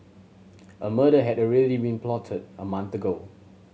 a murder had already been plotted a month ago